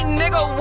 nigga